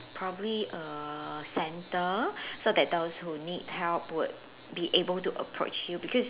probably a centre so that those who need help would be able to approach you because